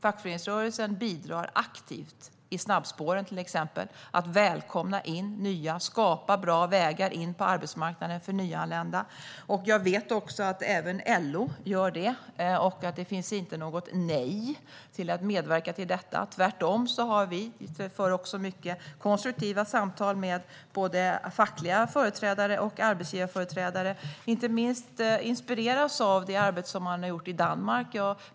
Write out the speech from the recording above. Fackföreningsrörelsen bidrar aktivt i snabbspåren, till exempel. Det handlar om att välkomna och skapa bra vägar in på arbetsmarknaden för nyanlända. Jag vet att även LO gör det och att det inte finns något nej till att medverka till detta. Vi för också mycket konstruktiva samtal med både fackliga företrädare och arbetsgivarföreträdare. Inte minst inspireras vi av det arbete som man har gjort i Danmark.